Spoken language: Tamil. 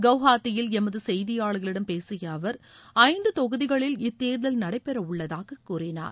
குவஹாத்தியில் எமது செய்தியாளர்களிடம் பேசிய அவர் ஐந்து தொகுதிகளில் இத்தேர்தல் நடைபெறவுள்ளதாகக் கூறினார்